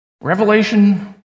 Revelation